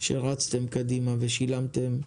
שרצתם קדימה ושילמתם,